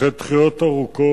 אחרי דחיות ארוכות,